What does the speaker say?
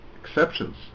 Exceptions